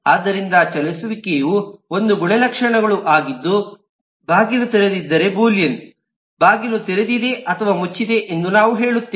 ಆದ್ದರಿಂದ ಚಲಿಸುವಿಕೆಯು ಒಂದು ಗುಣಲಕ್ಷಣ ಆಗಿದ್ದು ಬಾಗಿಲು ತೆರೆದಿದ್ದರೆ ಬೂಲಿಯನ್ ಬಾಗಿಲು ತೆರೆದಿದೆ ಅಥವಾ ಮುಚ್ಚಿದೆ ಎಂದು ನಾವು ಹೇಳುತ್ತೇವೆ